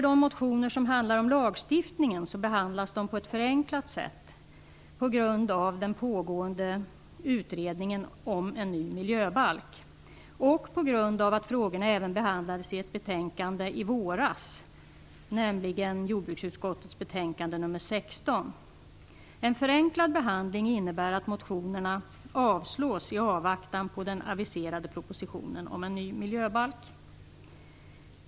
De motioner som handlar om lagstiftningen behandlas på ett förenklat sätt på grund av den pågående utredningen om en ny miljöbalk och på grund av att frågorna behandlades i ett betänkande i våras, nämligen jordbruksutskottets betänkande nr 16. En förenklad behandling innebär att motionerna avstyrks i avvaktan på den aviserade propositionen om en ny miljöbalk.